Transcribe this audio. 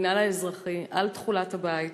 המינהל האזרחי, על תכולת הבית